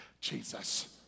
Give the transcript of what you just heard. Jesus